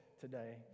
today